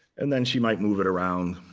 and then she might move it around